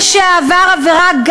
מי שעבר עבירה,